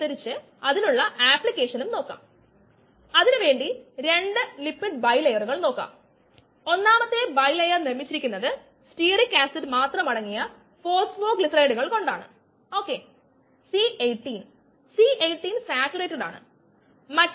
1vKmSvmSKmvm1S1vm അതിനാൽ നമ്മൾ ഇത് നോക്കുകയാണെങ്കിൽ y എന്നത് mx c ന് തുല്യമാണ് നമ്മൾ ഇത് y ആയി എടുക്കുകയാണെങ്കിൽ നമ്മൾ ഇത് x ആയി എടുക്കുകയാണെങ്കിൽ നമുക്ക് ഇതിനെ m സ്ലോപ്പ് c ഇന്റർസെപ്റ്റ് എന്ന് വിളിക്കാം